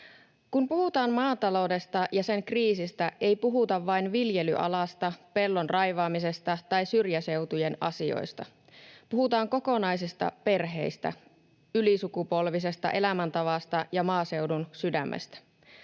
Kun puhutaan maataloudesta ja sen kriisistä, ei puhuta vain viljelyalasta, pellon raivaamisesta tai syrjäseutujen asioista. Puhutaan kokonaisista perheistä, ylisukupolvisesta elämäntavasta ja maaseudun sydämestä.